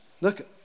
Look